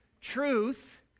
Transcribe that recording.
truth